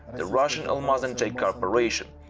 the russian almaz-antey corporation,